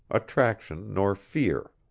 attraction nor fear.